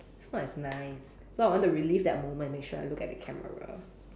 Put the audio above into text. it's not as nice so I want to relive that moment make sure I look at the camera